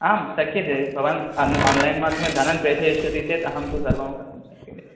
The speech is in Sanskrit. आम् शक्यते भवान् आन्लैन् माध्यमेन धनं प्रेषयिष्यति चेत् अहं तु सर्वं कर्तुं शक्यते